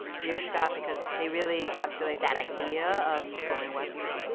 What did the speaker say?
bierstadt because they really encapsulate that idea of going westward.